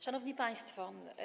Szanowni Państwo!